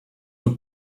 were